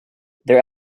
their